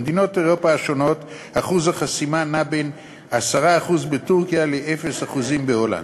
במדינות אירופה השונות אחוז החסימה נע בין 10% בטורקיה ל-0% בהולנד,